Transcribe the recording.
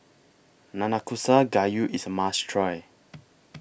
Nanakusa Gayu IS A must Try